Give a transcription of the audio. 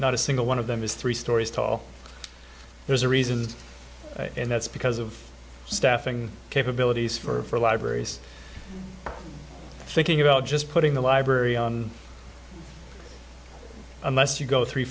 not a single one of them is three stories tall there's a reason and that's because of staffing capabilities for libraries thinking about just putting the library on a mess you go three